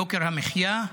יוקר המחיה.